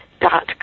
dot